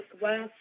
west